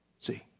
See